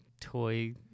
Toy